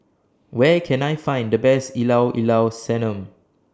Where Can I Find The Best Ilao Ilao Sanum